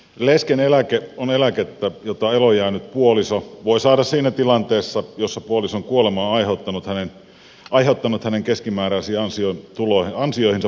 leskeneläke on eläkettä jota eloonjäänyt puoliso voi saada siinä tilanteessa jossa puolison kuolema on aiheuttanut hänen keskimääräisiin ansioihinsa pudotuksen